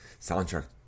soundtrack